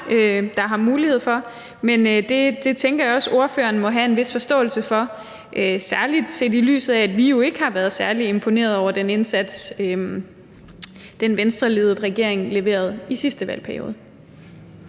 der har mulighed for det, men jeg tænker også, at ordføreren må have en vis forståelse for det, særlig set i lyset af, at vi jo ikke har været særlig imponerede over den indsats, den Venstreledede regering leverede i sidste valgperiode.